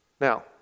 Now